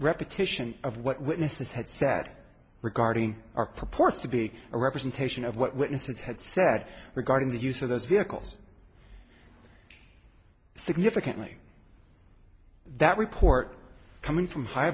repetition of what witnesses had said regarding our purports to be a representation of what witnesses had said regarding the use of those vehicles significantly that report coming from hi